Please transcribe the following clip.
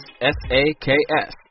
S-A-K-S